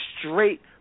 straight